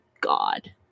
God